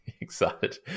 excited